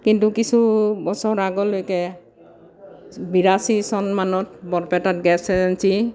কিন্তু কিছু বছৰ আগলৈকে বিৰাশী চনমানত বৰপেটাত গেছ এজেন্সি